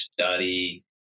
study